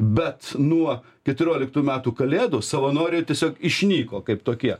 bet nuo keturioliktų metų kalėdų savanoriai tiesiog išnyko kaip tokie